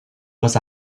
was